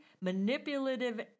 manipulative